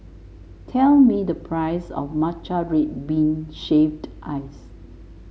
tell me the price of Matcha Red Bean Shaved Ice